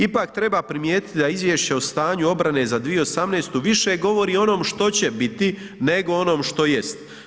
Ipak treba primijetiti da izvješće o stanju obrane za 2018. više govori o onom što će biti nego o onom što jest.